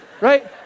right